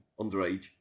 underage